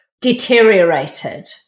deteriorated